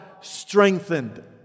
strengthened